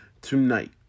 tonight